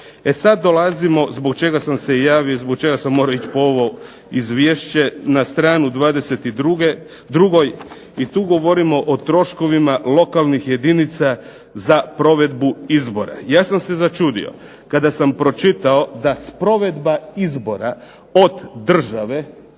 E sad dolazimo, zbog čega sam se i javio, zbog čega sam morao ić po ovo izvješće, na stranu 22. i tu govorimo o troškovima lokalnih jedinica za provedbu izbora. Ja sam se začudio kada sam pročitao da sprovedba izbora od države